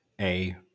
a-